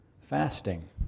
fasting